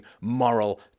moral